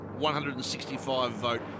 165-vote